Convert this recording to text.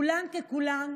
כולן ככולן